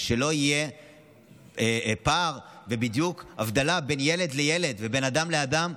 לא יהיה פער והבדל בין ילד לילד ובין אדם לאדם,